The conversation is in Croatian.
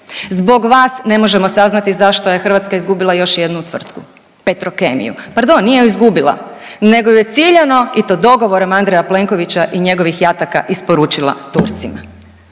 Zbog vas ne možemo saznati zašto je Hrvatska izgubila još jednu tvrtku, Petrokemiju. Pardon, nije ju izgubila nego ju je ciljano i to dogovorom Andreja Plenkovića i njegovih jataka isporučila Turcima.